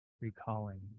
Recalling